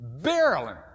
Barreling